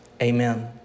Amen